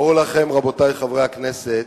ברור לכם, רבותי חברי הכנסת,